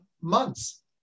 months